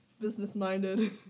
Business-minded